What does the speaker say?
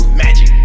magic